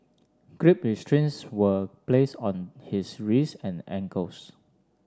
Grip restraints were placed on his wrists and ankles